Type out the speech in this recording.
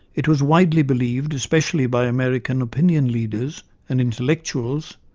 it was widely believed, especially by american opinion leaders and intellectuals,